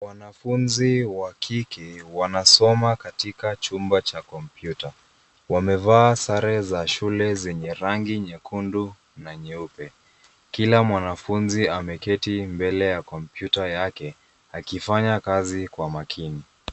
Wanafunzi wa kike wanasoma katika chumba cha kompyuta. Wamevaa sare za shule zenye rangi nyekundu na nyeupe. Kila mwanafunzi ameketi mbele ya kompyuta yake akifanya kazi kwa makini.